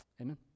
Amen